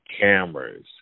cameras